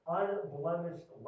unblemished